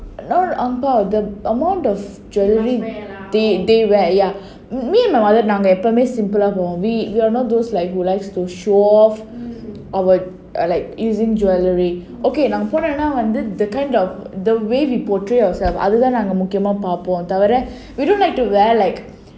not ang bao the amount of jewellery they they wear ya me and my mother போவோம்:povom simpler அங்க போனா வந்து:anga ponaa vandhu we we are not those like who likes to show off our err like using jewellery okay அதுதான் முக்கியமா பார்ப்போமே தவிர:adhuthan mukkiyamaa paarpomae thavira the kind of the way we portray ourselves we don't like to wear like